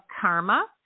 karma